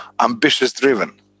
ambitious-driven